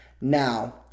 Now